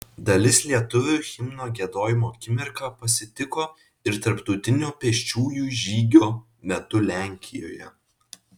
dalis lietuvių himno giedojimo akimirką pasitiko ir tarptautinio pėsčiųjų žygio metu lenkijoje